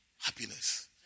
Happiness